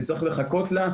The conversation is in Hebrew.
וצריך לחכות לה,